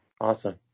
Awesome